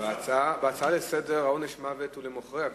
בהצעה לסדר-היום עונש המוות הוא למוכרי הקרקע.